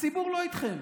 הציבור לא איתכם.